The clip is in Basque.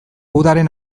udaren